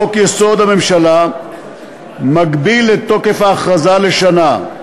חוק-יסוד: הממשלה מגביל את תוקף ההכרזה לשנה.